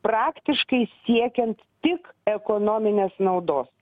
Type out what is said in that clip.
praktiškai siekiant tik ekonominės naudos